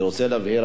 אני רוצה להבהיר,